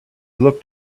looked